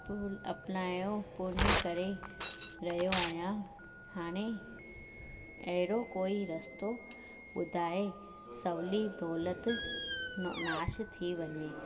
up अपनायो पुण्य करे रहियो आहियां हाणे अहिड़ो कोई रस्तो ॿुधाए सवली दौलति न नाश थी वञे